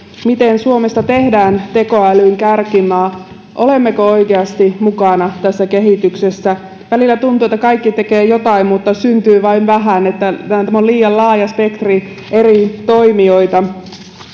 miten suomesta tehdään tekoälyn kärkimaa ja olemmeko oikeasti mukana tässä kehityksessä välillä tuntuu että kaikki tekevät jotain mutta syntyy vain vähän että on liian laaja spektri eri toimijoita